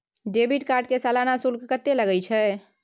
Debit card के सालाना शुल्क कत्ते लगे छै?